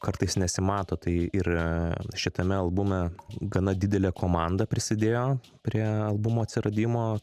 kartais nesimato tai ir šitame albume gana didelė komanda prisidėjo prie albumo atsiradimo